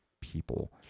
people